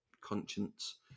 conscience